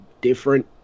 different